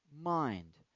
mind